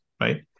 Right